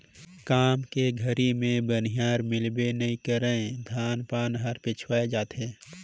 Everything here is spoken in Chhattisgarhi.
काम के घरी मे बनिहार मिलबे नइ करे धान पान हर पिछवाय जाथे